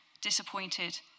disappointed